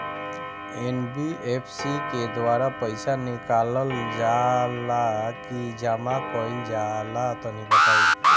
NBFC के द्वारा पईसा निकालल जला की जमा कइल जला तनि बताई?